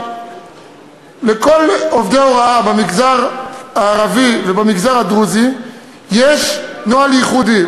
לכל עובדי ההוראה במגזר הערבי ובמגזר הדרוזי יש נוהל ייחודי,